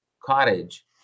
cottage